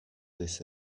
this